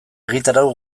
egitarau